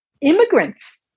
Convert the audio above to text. immigrants